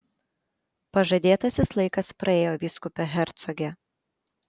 pažadėtasis laikas praėjo vyskupe hercoge